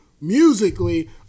musically